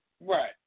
Right